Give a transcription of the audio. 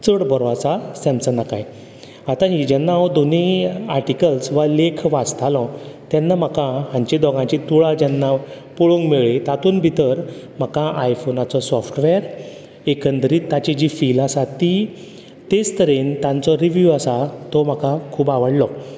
चड बरो आसा सॅमसंगाकाय आतां हीं जेन्ना हांव दोनीय आर्टिकल्स वा लेख वाचतालो तेन्ना म्हाका हांच्या दोगांयची तुळा जेन्ना पळोवंक मेळ्ळी तातून भितर म्हाका आयफोनाचो सॉफ्टवेअर एकदंरीत ताची जी फील आसा ती तेच तरेन तांचो रिवीव आसा तो म्हाका खूब आवडलो